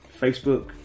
Facebook